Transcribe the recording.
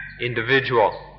individual